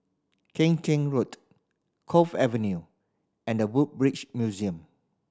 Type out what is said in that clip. Keng Chin Road Cove Avenue and The Woodbridge Museum